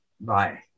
Bye